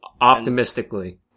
Optimistically